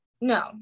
No